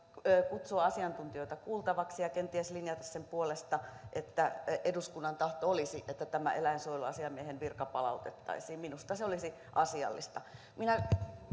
kutsua asiantuntijoita kuultavaksi ja kenties linjata sen puolesta että eduskunnan tahto olisi että tämä eläinsuojeluasiamiehen virka palautettaisiin minusta se olisi asiallista minä